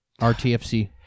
rtfc